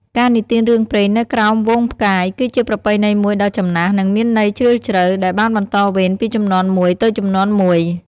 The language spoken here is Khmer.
ការនិទានរឿងព្រេងនៅក្រោមហ្វូងផ្កាយ គឺជាប្រពៃណីមួយដ៏ចំណាស់ និងមានន័យជ្រាលជ្រៅ ដែលបានបន្តវេនពីជំនាន់មួយទៅជំនាន់មួយ ។